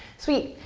sweet.